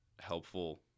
helpful